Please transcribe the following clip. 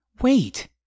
Wait